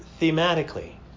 thematically